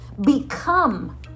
Become